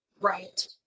Right